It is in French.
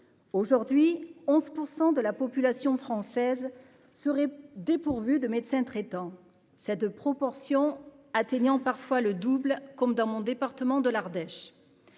aujourd'hui 11 % de la population française serait dépourvu de médecin traitant, cette proportion atteignant parfois le double comme dans mon département de l'Ardèche,